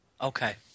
Okay